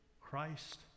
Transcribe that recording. christ